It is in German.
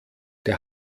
der